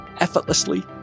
effortlessly